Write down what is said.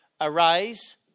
arise